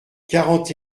quarante